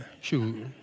Shoot